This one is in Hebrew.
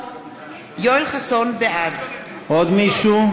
(קוראת בשם חבר הכנסת) יואל חסון, בעד עוד מישהו?